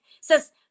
says